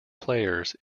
players